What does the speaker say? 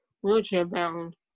wheelchair-bound